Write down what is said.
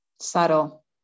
Subtle